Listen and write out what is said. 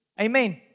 Amen